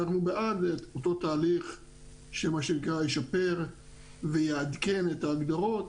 אנחנו בעד אותו תהליך שישפר ויעדכן את ההגדרות